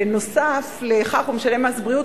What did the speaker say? ונוסף על כך הוא משלם מס בריאות,